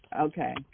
Okay